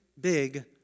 big